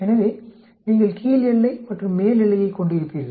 எனவே நீங்கள் கீழ் எல்லை மற்றும் மேல் எல்லையைக் கொண்டிருப்பீர்கள்